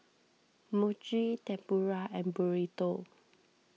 Mochi Tempura and Burrito